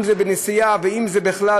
אם זה בנסיעה ואם זה בכלל,